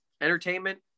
Entertainment